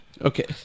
Okay